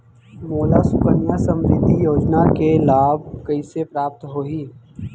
मोला सुकन्या समृद्धि योजना के लाभ कइसे प्राप्त होही?